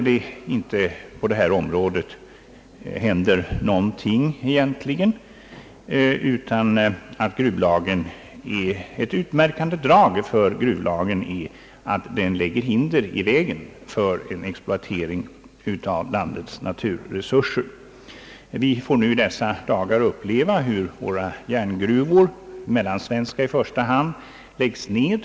Jag framhöll att ett utmärkande drag för gruvlagen är att den lägger hinder i vägen för en exploatering av landets naturresurser. Vi får nu i dessa dagar uppleva hur våra järngruvor, de mellansvenska i första hand, läggs ned.